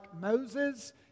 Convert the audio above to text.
Moses